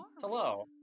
Hello